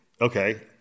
okay